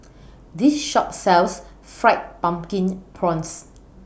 This Shop sells Fried Pumpkin Prawns